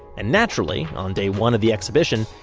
and naturally, on day one of the exhibition,